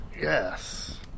Yes